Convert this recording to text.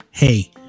Hey